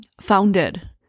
founded